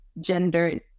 gender